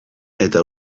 eta